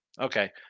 Okay